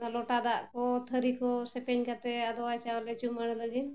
ᱞᱚᱴᱟ ᱫᱟᱜ ᱠᱚ ᱛᱷᱟᱹᱨᱤ ᱠᱚ ᱥᱮᱯᱮᱧ ᱠᱟᱛᱮᱫ ᱟᱫᱚᱣᱟ ᱪᱟᱣᱞᱮ ᱪᱩᱢᱟᱹᱲᱟ ᱞᱟᱹᱜᱤᱫ